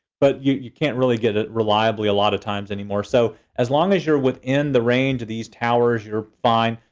but you can't really get it reliably a lot of times anymore. so as long as you're within the range of these towers, you're fine.